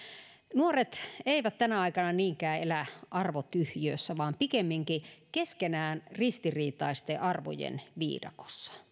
nuoret eivät tänä aikana niinkään elä arvotyhjiössä vaan pikemminkin keskenään ristiriitaisten arvojen viidakossa